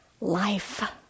Life